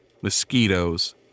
mosquitoes